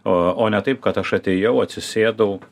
o ne taip kad aš atėjau atsisėdau